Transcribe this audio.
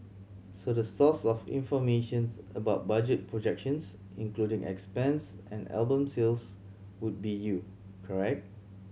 so the source of informations about budget projections including expense and album sales would be you correct